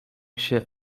się